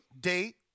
date